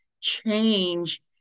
change